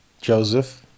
Joseph